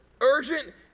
urgent